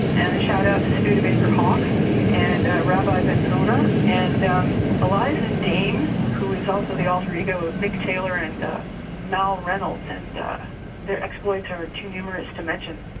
and a shout out to studebaker hawk and rabbi ben zona, and um eliza dane who is also the altar ego of mick taylor and mal reynolds, and their exploits are too numerous to mention.